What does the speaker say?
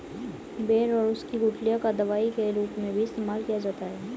बेर और उसकी गुठलियों का दवाई के रूप में भी इस्तेमाल किया जाता है